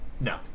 No